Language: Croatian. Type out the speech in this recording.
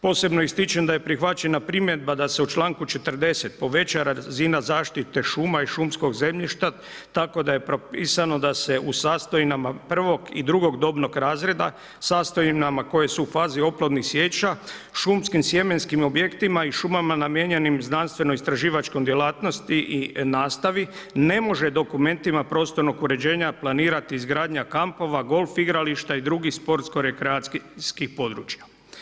Posebno ističem da je prihvaćena primjedba da se u članku 40. poveća razina zaštite šuma i šumskog zemljišta tako da je propisano da se u sastojinama prvog i drugog dobnog razreda sastojinama koje su u fazi oplodnih sječa šumskim sjemenskim objektima i šumama namijenjenim znanstveno istraživačkog djelatnosti i nastavi ne može dokumentima prostornog uređenja planirati izgradnja kampova, golf igrališta i drugih sportsko rekreacijskih područja.